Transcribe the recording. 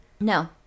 no